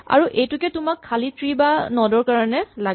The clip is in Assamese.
আৰু এইটোকে তোমাক খালী ট্ৰী বা নড ৰ কাৰণে লাগে